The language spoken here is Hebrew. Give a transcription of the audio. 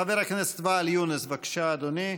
חבר הכנסת ואאל יונס, בבקשה, אדוני.